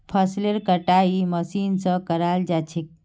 फसलेर कटाई मशीन स कराल जा छेक